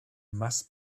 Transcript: must